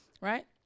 right